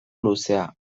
luzea